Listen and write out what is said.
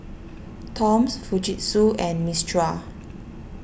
Toms Fujitsu and Mistral